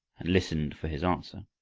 and listened for his answer.